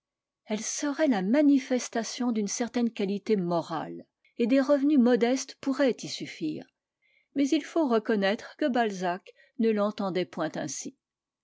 elle serait la manifestation d'une certaine qualité morale et des revenus modestes pourraient y suffire mais il faut reconnaître que balzac ne l'entendait point ainsi